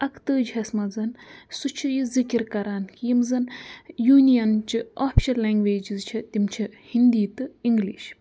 اَکتٲجہَس منٛز سُہ چھُ یہِ ذِکِر کَران یِم زَن یوٗنِیَن چہِ آفِشَل لینٛگویجِز چھِ تِم چھِ ہِندی تہٕ اِنٛگلِش